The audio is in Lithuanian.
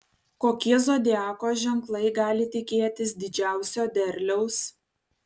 kokie zodiako ženklai gali tikėtis didžiausio derliaus